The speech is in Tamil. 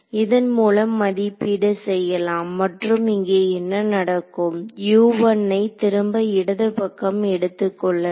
இதன் மூலம் மதிப்பீடு செய்யலாம் மற்றும் இங்கே என்ன நடக்கும் ஐ திரும்ப இடதுபக்கம் எடுத்துக்கொள்ளலாம்